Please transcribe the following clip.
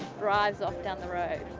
drives um down the road,